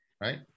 right